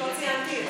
פשוט לא ציינתי את זה.